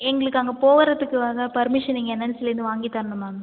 எங்களுக்கு அங்கே போகிறதுக்காக பர்மிஷன் நீங்கள் என்எல்சியிலேந்து வாங்கி தரணும் மேம்